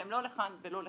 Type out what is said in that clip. והם לא לכאן ולא לכאן.